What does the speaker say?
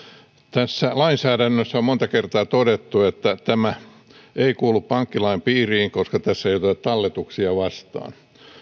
tässä lainsäädännössä on monta kertaa todettu että tämä ei kuulu pankkilain piiriin koska tässä ei oteta talletuksia vastaan